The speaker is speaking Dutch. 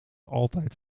altijd